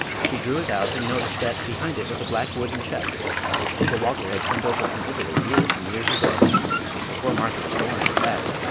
she drew it out and noticed that behind it was a black wooden chest which uncle walter had sent over from italy years and years ago before martha was born, in fact.